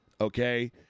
okay